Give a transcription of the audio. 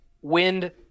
wind